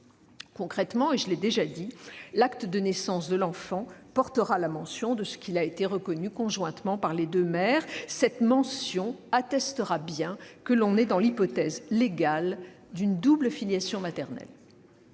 Concrètement, je l'ai déjà dit, l'acte de naissance de l'enfant portera la mention qu'il a été reconnu conjointement par les deux mères. Cette mention attestera bien que l'on est dans l'hypothèse légale d'une double filiation maternelle.